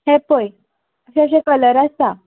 हे पळय अशें अशें कलर आसा